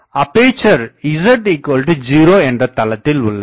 அப்பேசர் z 0 என்ற தளத்தில் உள்ளது